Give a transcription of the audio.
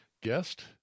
guest